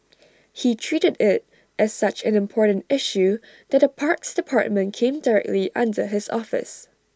he treated IT as such an important issue that the parks department came directly under his office